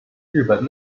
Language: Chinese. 日本